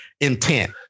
intent